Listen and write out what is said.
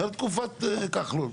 זה היה בתקופת כחלון.